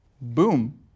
Boom